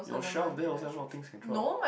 your shelf there also have a lot of things can throw out